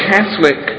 Catholic